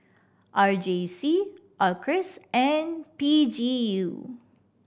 R J C Acres and P G U